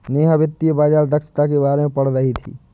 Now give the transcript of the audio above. नेहा वित्तीय बाजार दक्षता के बारे में पढ़ रही थी